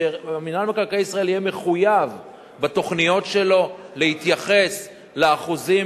מינהל מקרקעי ישראל יהיה מחויב בתוכניות שלו להתייחס לאחוזים,